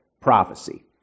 prophecy